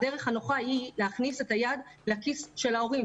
הדרך הנוחה היא להכניס את היד לכיס של ההורים,